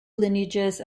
lineages